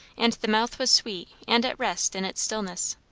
and the mouth was sweet and at rest in its stillness.